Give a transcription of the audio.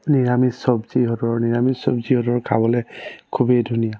নিৰামিষ চবজি সিহঁতৰ নিৰামিষ চবজি সিহঁতৰ খাবলৈ খুবেই ধুনীয়া